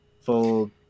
Full